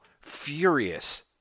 furious